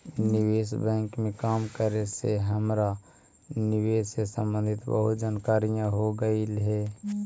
निवेश बैंक में काम करे से हमरा निवेश से संबंधित बहुत जानकारियाँ हो गईलई हे